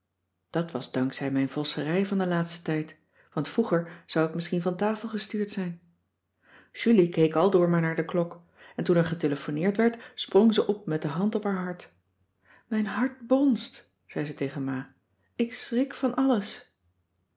dat was dank zij mijn vosserij van den laatsten tijd want vroeger zou ik misschien van tafel gestuurd zijn julie keek aldoor maar naar de klok en toen er getelefoneerd werd sprong ze op met de hand op haar hart mijn hart bnst zei ze tegen ma ik schrik van alles